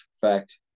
fact